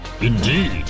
Indeed